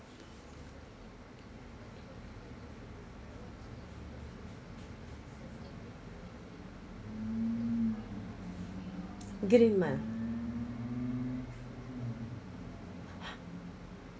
grima